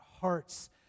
hearts